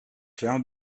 clair